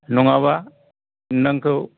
नङाबा नोंथांखौ